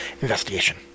investigation